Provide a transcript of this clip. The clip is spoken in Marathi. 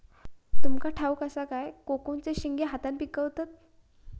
तुमका ठाउक असा काय कोकोचे शेंगे हातान पिकवतत